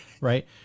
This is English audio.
Right